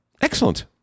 Excellent